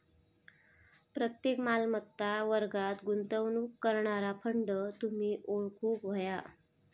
प्रत्येक मालमत्ता वर्गात गुंतवणूक करणारा फंड तुम्ही ओळखूक व्हया